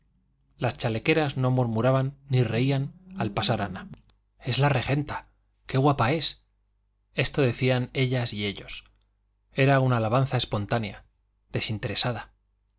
las chalequeras no murmuraban ni reían al pasar ana es la regenta qué guapa es esto decían ellas y ellos era una alabanza espontánea desinteresada